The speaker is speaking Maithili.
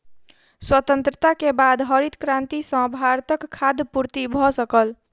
स्वतंत्रता के बाद हरित क्रांति सॅ भारतक खाद्य पूर्ति भ सकल